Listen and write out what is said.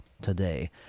today